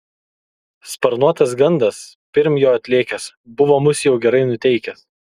sparnuotas gandas pirm jo atlėkęs buvo mus jau gerai nuteikęs